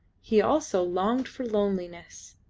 he also longed for loneliness.